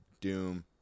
Doom